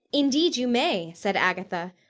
indeed, you may! said agatha.